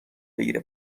بگیره